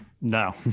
No